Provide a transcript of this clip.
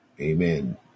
Amen